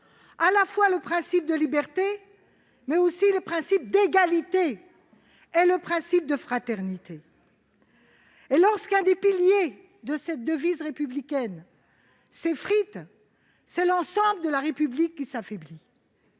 : le principe de liberté, mais aussi le principe d'égalité et le principe de fraternité. Lorsque l'un des piliers de notre devise républicaine s'effrite, c'est l'ensemble de la République qui s'affaiblit.